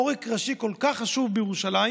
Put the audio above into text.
עורק ראשי כל כך חשוב בירושלים,